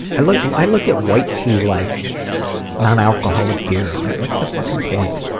i look i look at white teas like non-alcoholic beer like, what's the fuckin' point?